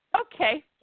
okay